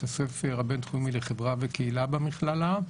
הספר הבין-תחומי לחברה וקהילה במכללה.